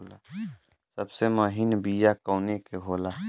सबसे महीन बिया कवने के होला?